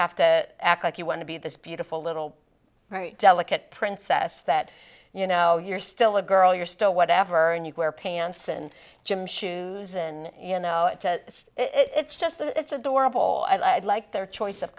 have to act like you want to be this beautiful little delicate princess that you know you're still a girl you're still whatever and you wear pants and gym shoes and you know it's just it's adorable and i'd like their choice of